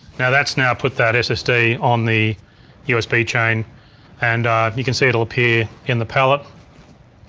now that's now put that ssd on the usb chain and you can see it'll appear in the palette.